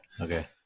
okay